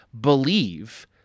believe